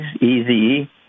easy